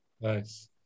Nice